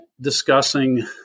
discussing